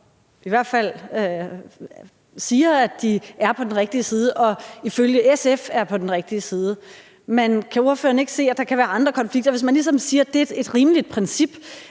og går ud og siger, at de er på den rigtige side og – ifølge SF – er på den rigtige side. Men kan ordføreren ikke se, at der kan være andre konflikter? Hvis man ligesom siger, at det er et rimeligt princip,